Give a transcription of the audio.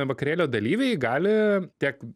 vakarėlio dalyviai gali tiek